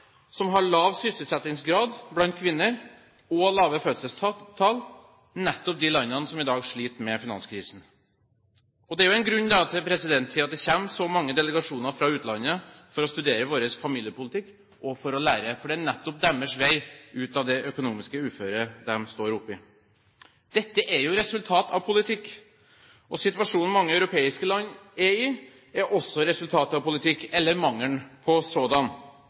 som har lav sysselsettingsgrad blant kvinner, og lave fødselstall – nettopp de landene som i dag sliter med finanskrisen. Det er jo en grunn til at det kommer så mange delegasjoner fra utlandet for å studere vår familiepolitikk og for å lære, for det er nettopp deres vei ut av det økonomiske uføre de står oppe i. Dette er jo resultat av en politikk. Situasjonen mange europeiske land er i, er også et resultat av politikk, eller mangelen på sådan.